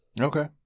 Okay